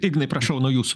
ignai prašau nuo jūsų